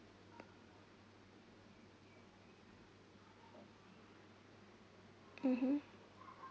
mmhmm